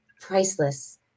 priceless